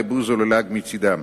לבוז או ללעג מצדם.